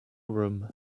room